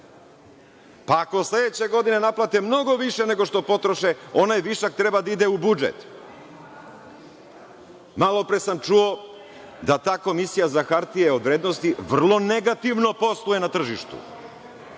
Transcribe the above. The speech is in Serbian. pa ako sledeće godine naplate mnogo više nego što potroše onaj višak treba da ide u budžet. Malopre sam čuo da ta Komisija za hartije od vrednosti vrlo negativno posluje na tržištu.